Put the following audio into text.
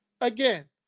again